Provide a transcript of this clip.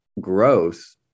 growth